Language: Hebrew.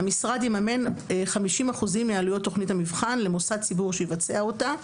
המשרד יממן 50% מעלויות תכנית המנבחן למוסד ציבור שיבצע אותה,